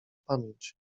pamięć